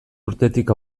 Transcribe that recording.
urtetik